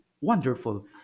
wonderful